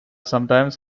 sometimes